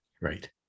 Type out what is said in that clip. Right